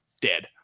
dead